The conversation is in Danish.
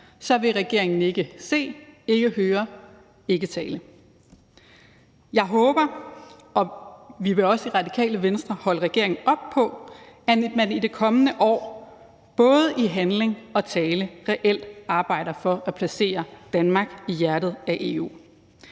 vil regeringen ikke se, ikke høre og ikke tale. Jeg håber – og vi vil også i Radikale Venstre holde regeringen op på det – at man i det kommende år både i handling og tale reelt arbejder for at placere Danmark i hjertet af EU.